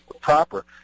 proper